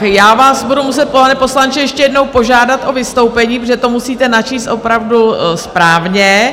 Já vás budu muset, pane poslanče, ještě jednou požádat o vystoupení, protože to musíte načíst opravdu správně.